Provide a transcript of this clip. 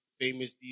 famous